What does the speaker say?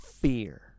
fear